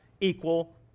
equal